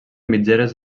mitgeres